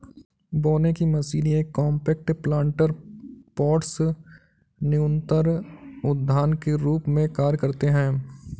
बोने की मशीन ये कॉम्पैक्ट प्लांटर पॉट्स न्यूनतर उद्यान के रूप में कार्य करते है